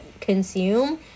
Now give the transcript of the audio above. consume